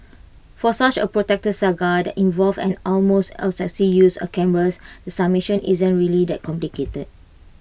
for such A protracted saga that involved an almost obsessive use of cameras the summation isn't really that complicated